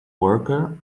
worker